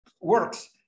works